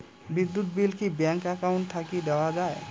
বিদ্যুৎ বিল কি bank account থাকি দেওয়া য়ায়?